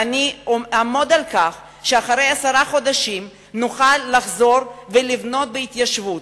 ואני אעמוד על כך שאחרי עשרה חודשים נוכל לחזור ולבנות בהתיישבות,